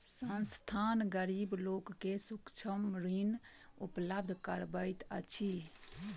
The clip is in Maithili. संस्थान, गरीब लोक के सूक्ष्म ऋण उपलब्ध करबैत अछि